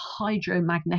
hydromagnetic